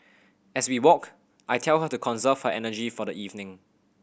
as we walk I tell her to conserve her energy for the evening